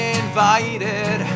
invited